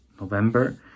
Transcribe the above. November